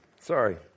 Sorry